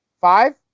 Five